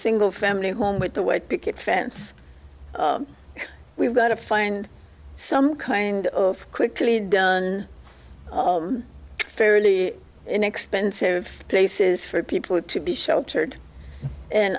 single family home with the word picket fence we've got to find some kind of quickly done fairly inexpensive places for people to be sheltered and